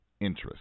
interest